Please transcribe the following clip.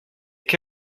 che